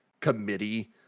committee